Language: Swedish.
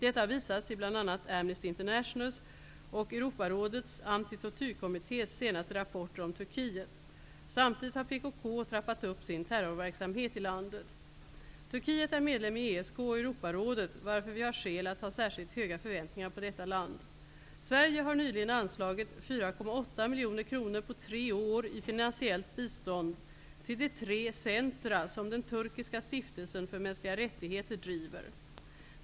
Detta har visats i bl.a. Amnesty Internationals och Europarådets antitortyrkommittés senaste rapporter om Turkiet. Samtidigt har PKK trappat upp sin terrorverksamhet i landet. Turkiet är medlem i ESK och Europarådet, varför vi har skäl att ha särskilt höga förväntningar på detta land. Sverige har nyligen anslagit 4,8 miljoner kronor på tre år i finansiellt bistånd till de tre centra som den turkiska stiftelsen för mänskliga rättigheter driver.